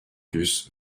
plus